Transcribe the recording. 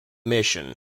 mission